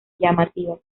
llamativas